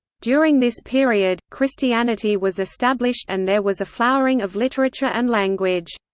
during this period, christianity was established and there was a flowering of literature and language.